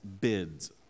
bids